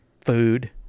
food